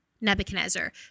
Nebuchadnezzar